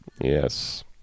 Yes